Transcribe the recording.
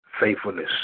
faithfulness